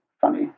funny